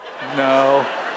No